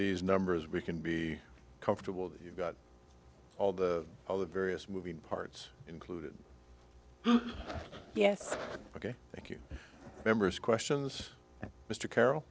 these numbers we can be comfortable that you've got all the all the various moving parts including yes ok thank you members questions mr carrol